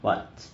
what